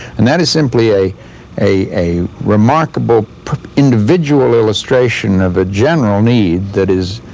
and that is simply a a remarkable individual illustration of a general need that is